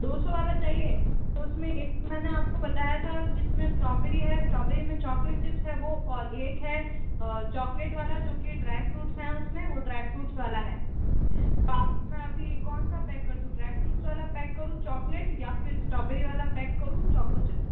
दो सौ वाला चाहिए तो उसमें मैंने आपको बताया था जिसमें स्ट्रॉबेरी है स्ट्रॉबेरी में चॉकलेट चिप्स है वो और एक है चॉकलेट वाला जो की ड्राई फ्रूट्स हैं उसमें वो ड्राई फ्रूट्स वाला है तो आप मैं अभी कौन सा पैक दूँ ड्राइ फ्रूट्स वाला पैक करूँ चॉकलेट या फिर स्ट्रॉबेरी वाला पैक करूँ चॉको चिप